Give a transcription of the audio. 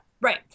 Right